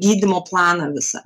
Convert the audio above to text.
gydymo planą visą